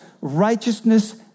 righteousness